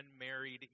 unmarried